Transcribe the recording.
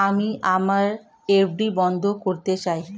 আমি আমার এফ.ডি বন্ধ করতে চাই